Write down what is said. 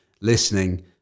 listening